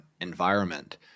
environment